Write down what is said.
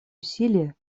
усилия